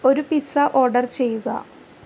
ഒരു pizza order ചെയ്യുക